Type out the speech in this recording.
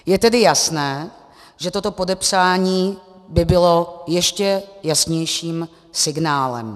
Je tedy jasné, že toto podepsání by bylo ještě jasnějším signálem.